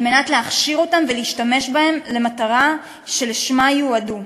כדי להכשיר אותם ולהשתמש בהם למטרה שלשמה יועדו.